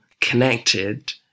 connected